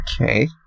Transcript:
Okay